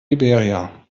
liberia